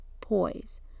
poise